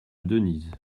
denise